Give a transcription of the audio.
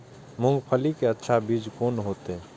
मूंगफली के अच्छा बीज कोन होते?